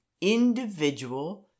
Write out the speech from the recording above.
individual